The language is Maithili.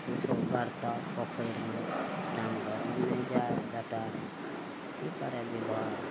कुछो गड़तऽ पोखरिमे टाँङ गोरमे नहि जाइ बेटा की करय जेबऽ